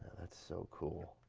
that's so cool.